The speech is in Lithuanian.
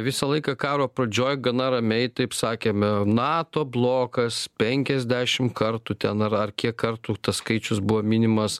visą laiką karo pradžioj gana ramiai taip sakėme nato blokas penkiasdešimt kartų ten ar ar kiek kartų tas skaičius buvo minimas